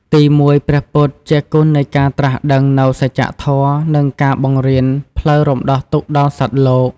ទីមួយ ព្រះពុទ្ធ ជាគុណនៃការត្រាស់ដឹងនូវសច្ចធម៌ និងការបង្រៀនផ្លូវរំដោះទុក្ខដល់សត្វលោក។